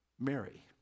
Mary